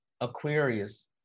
Aquarius